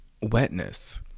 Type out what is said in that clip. wetness